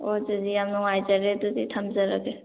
ꯑꯣ ꯑꯗꯨꯗꯤ ꯌꯥꯝ ꯅꯨꯡꯉꯥꯏꯖꯔꯦ ꯑꯗꯨꯗꯤ ꯊꯝꯖꯔꯒꯦ